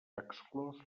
exclòs